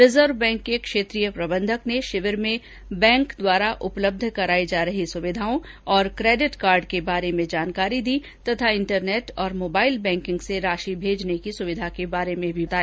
reserve bank के क्षेत्रीय प्रबंधक ने शिविर में बैंक द्वारा उपलब्ध कराई जा रही सुविधाओं और कोडिट कार्ड के बारे में जानकारी दी और इंटरनेट तथा मोबाइल बैंकिंग से राशि भेजने की सुविधा के बारे में भी बताया